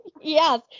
yes